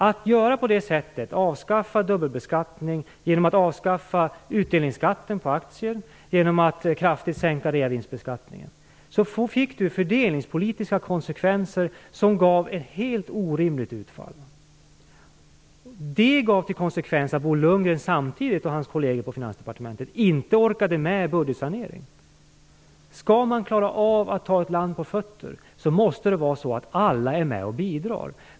Att göra på det sättet, att ta bort dubbelbeskattningen genom att avskaffa utdelningsskatten på aktier och kraftigt sänka reavinstbeskattningen, fick fördelningspolitiska konsekvenser som gav ett helt orimligt utfall. Konsekvensen blev samtidigt att Bo Lundgren och hans kollegor på Finansdepartementet inte orkade med budgetsaneringen. Skall man klara av att få ett land på fötter, måste alla vara med och bidra.